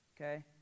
okay